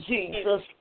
Jesus